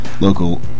local